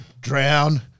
Drown